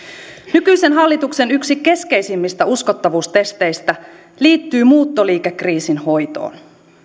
nykyisen hallituksen yksi keskeisimmistä uskottavuustesteistä liittyy muuttoliikekriisin hoitoon